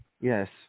Yes